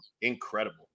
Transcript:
Incredible